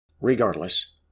Regardless